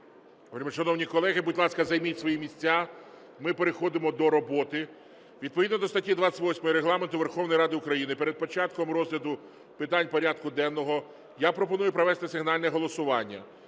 Вельмишановні колеги, будь ласка, займіть свої місця. Ми переходимо до роботи. Відповідно до статті 28 Регламенту Верховної Ради України перед початком розгляду питань порядку денного я пропоную провести сигнальне голосування.